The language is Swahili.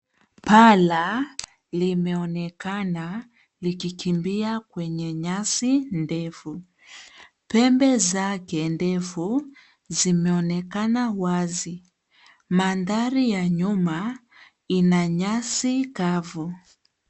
Pala limeonekana likikimbia kwenye nyasi ndefu. Pembe zake ndefu zimeonekana wazi. Mandhari ya nyuma ina nyasi kavu.